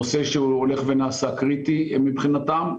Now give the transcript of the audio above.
נושא שהוא הולך ונעשה קריטי מבחינתם.